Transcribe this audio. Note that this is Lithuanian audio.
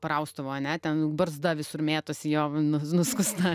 praustuvo ane ten barzda visur mėtosi jo nu nuskusta